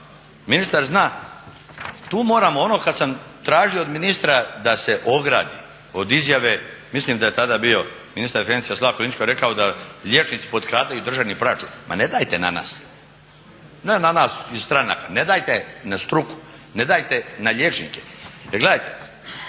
ministar zna tu moramo, ono kada sam tražio od ministra da se ogradi od izjave, mislim da je tada bio ministar financija Slavko Linić koji je rekao da liječnici potkradaju državni proračun, ma ne dajte na nas! Ne nas iz stranaka, ne dajte na struku, ne dajte na liječnike.